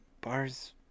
bars